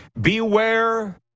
Beware